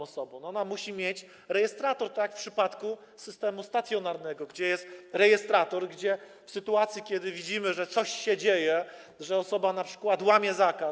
Ona musi mieć rejestrator, tak jak w przypadku systemu stacjonarnego, gdzie jest rejestrator, gdzie w sytuacji, kiedy widzimy, że coś się dzieje, że osoba np. łamie zakaz.